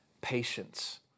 patience